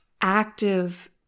active